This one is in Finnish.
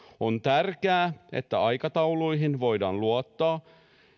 on tärkeää että aikatauluihin voidaan luottaa